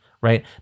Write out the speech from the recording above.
right